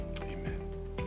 amen